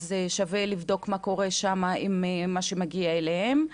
אז שווה לבדוק מה קורה שם עם מה שמגיע אליהם,